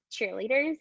cheerleaders